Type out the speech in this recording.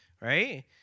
right